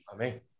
Amém